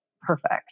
perfect